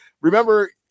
Remember